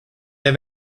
der